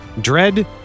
Dread